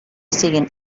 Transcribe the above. siguin